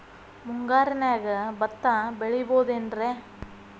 ಮುಂಗಾರಿನ್ಯಾಗ ಭತ್ತ ಬೆಳಿಬೊದೇನ್ರೇ?